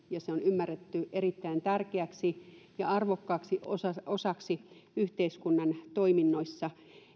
ja se on ymmärretty erittäin tärkeäksi ja arvokkaaksi osaksi osaksi yhteiskunnan toiminnoissa